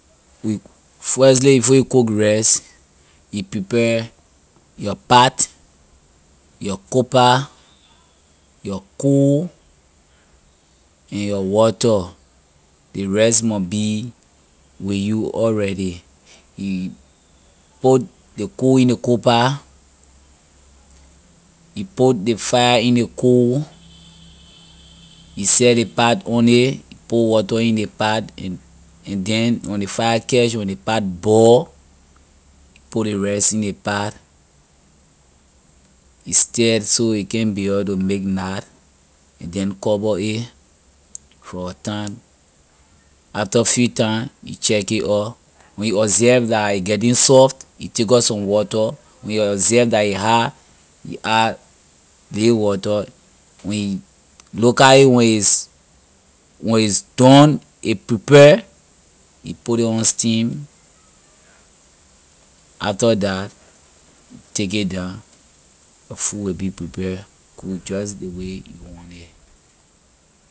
We firstly before you cook rice you prepare your pot your coal pah your coal and your water ley rice mon be with you already you put ley coal in ley coal pah you put ley fire in ley coal you set ley pot on it put water in ley pot and and then when ley fire catch and ley pot boil put ley rice in ley pot you stir so it can’t be able to make nat and then cover it for time after few time you check it up when you observe dah it getting soft you takor some water when you observe la a hard you add ley water when you looka it when it’s done a prepare you put ley on steam after that you take it down your food will be prepare good just ley way you want it.